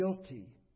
guilty